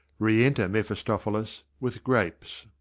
re-enter mephistophilis with grapes.